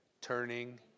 turning